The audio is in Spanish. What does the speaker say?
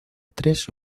tres